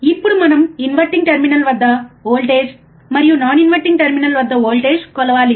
ఇప్పుడు మనం inverting terminal వద్ద వోల్టేజ్ మరియు నాన్ ఇన్వర్టింగ్ టెర్మినల్ వద్ద వోల్టేజ్ కొలవాలి